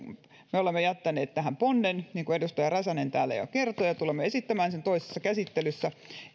me olemme jättäneet tähän ponnen niin kuin edustaja räsänen täällä jo kertoi ja tulemme esittämään toisessa käsittelyssä